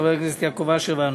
חבר הכנסת יעקב אשר ואנוכי,